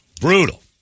Brutal